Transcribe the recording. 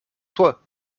toi